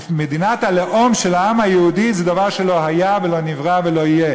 מדינת הלאום של העם היהודי זה דבר שלא היה ולא נברא ולא יהיה.